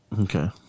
Okay